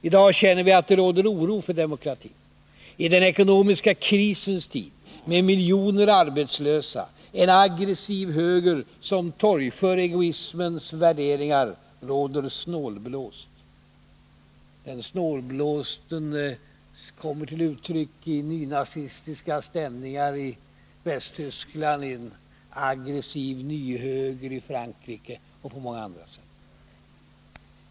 I dag känner vi att det råder oro för demokratin. I den ekonomiska krisens tid, med miljoner arbetslösa, med en aggressiv höger som torgför egoismens värderingar, råder snålblåst. Den snålblåsten kommer till uttryck i nynazistiska stämningar i Västtyskland, i en aggressiv nyhöger i Frankrike och på många andra sätt.